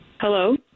Hello